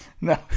No